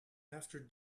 after